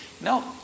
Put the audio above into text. No